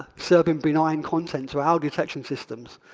serving benign content to our detection systems,